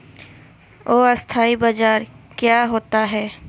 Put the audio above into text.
अस्थानी बाजार क्या होता है?